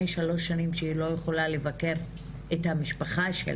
למשל אחת הפעמים היה מקרה של אישה פלשתינאית והבת שלה